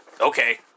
Okay